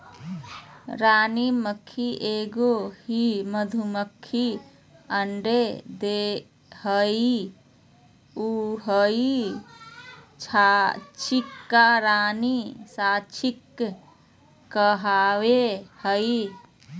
रानी मधुमक्खी एगो ही मधुमक्खी अंडे देहइ उहइ मक्षिका रानी मक्षिका कहलाबैय हइ